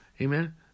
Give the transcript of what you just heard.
Amen